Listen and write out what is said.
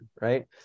right